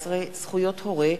17) (זכויות הורה),